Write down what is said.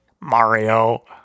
Mario